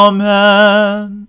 Amen